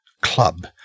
club